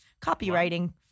Copywriting